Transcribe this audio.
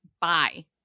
bye